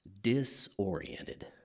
disoriented